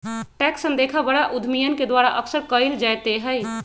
tax अनदेखा बड़ा उद्यमियन के द्वारा अक्सर कइल जयते हई